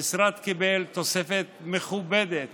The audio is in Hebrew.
המשרד קיבל תוספת מכובדת